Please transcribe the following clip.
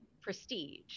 prestige